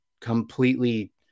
completely